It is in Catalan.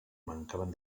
mancaven